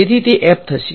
તેથી તે થશે